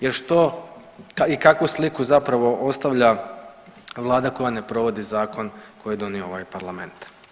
Jer što i kakvu sliku zapravo ostavlja Vlada koja ne provodi zakon koji je donio ovaj Parlament.